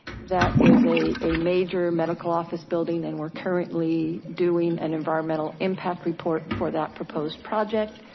that is a a major medical office building. and we're currently doing an environmental impact report for that proposed project.